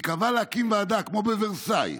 היא קבעה להקים ועדה, כמו בוורסאי.